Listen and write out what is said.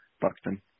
Buxton